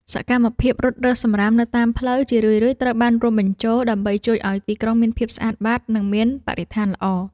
សកម្មភាពរត់រើសសំរាមនៅតាមផ្លូវ ជារឿយៗត្រូវបានរួមបញ្ចូល ដើម្បីជួយឱ្យទីក្រុងមានភាពស្អាតបាត និងមានបរិស្ថានល្អ។